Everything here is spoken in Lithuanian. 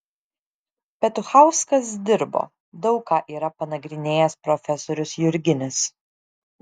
petuchauskas dirbo daug ką yra panagrinėjęs profesorius jurginis